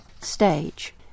stage